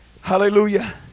hallelujah